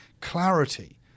clarity